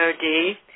NOD